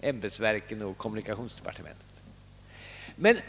ämbetsverken och kommunikationsdepartementet kan tänkas förbereda.